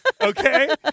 Okay